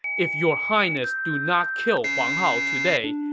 if your highness do not kill huang hao today,